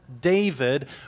David